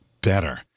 better